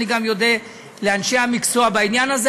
אני גם אודה לאנשי המקצוע בעניין הזה,